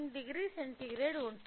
90 centigrade ఉంటుంది